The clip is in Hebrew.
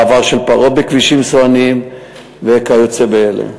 מעבר של פרות בכבישים סואנים וכיוצא באלה.